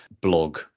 blog